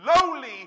lowly